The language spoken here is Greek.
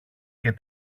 και